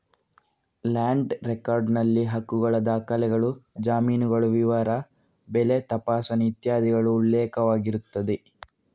land record ನಲ್ಲಿ ಹಕ್ಕುಗಳ ದಾಖಲೆಗಳು, ಜಮೀನುಗಳ ವಿವರ, ಬೆಳೆ ತಪಾಸಣೆ ಇತ್ಯಾದಿಗಳು ಉಲ್ಲೇಖವಾಗಿರುತ್ತದೆ